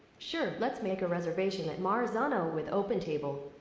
sure, let's make a reservation at marzano with open table.